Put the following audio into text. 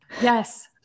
Yes